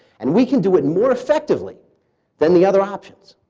and we can do it more effectively than the other options,